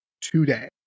today